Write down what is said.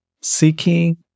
seeking